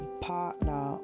partner